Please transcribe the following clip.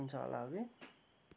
हुन्छ होला हगि